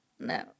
no